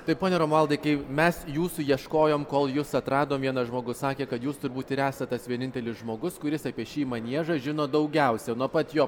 tai pone romualdai kai mes jūsų ieškojom kol jus atradom vienas žmogus sakė kad jūs turbūt ir esat tas vienintelis žmogus kuris apie šį maniežą žino daugiausiai nuo pat jo